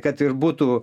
kad ir būtų